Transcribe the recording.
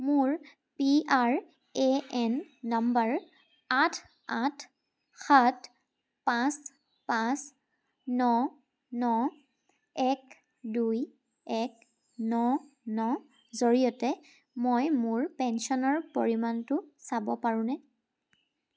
মোৰ PRAN number আঠ আঠ সাত পাঁচ পাঁচ ন ন এক দুই এক ন ন জৰিয়তে মই মোৰ পেঞ্চনৰ পৰিমাণটো চাব পাৰোঁনে